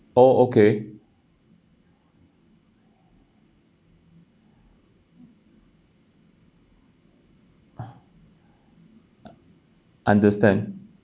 oh okay understand